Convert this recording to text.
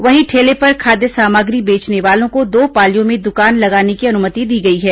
वहीं ठेले पर खाद्य सामग्री बेचने वालों को दो पालियों में दुकान लगाने की अनुमति दी गई है